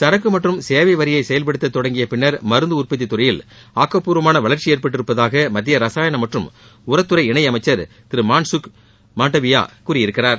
சரக்கு மற்றும் சேவை வரியை செயல்படுத்த தொடங்கிய பின்னர் மருந்து உற்பத்தித் துறையில் ஆக்கப்பூர்வமான வளர்ச்சி ஏற்பட்டிருப்பதாக மத்திய ரசாயனம் மற்றும் உரத்துறை இணையமைச்சர் திரு மான்சுக் மாண்டவியா கூறியிருக்கிறார்